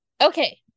Okay